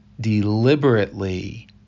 deliberately